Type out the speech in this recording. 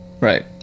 Right